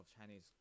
Chinese